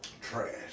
Trash